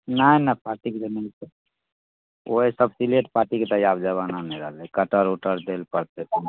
नहि नहि पार्टीके ओहि सभ सिलेट पार्टीके तऽ आब जबाना नहि रहलै कटर ओटर दै लऽ पड़तै